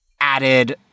added